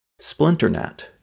Splinternet